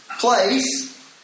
place